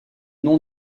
nom